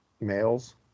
males